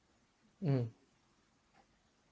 mm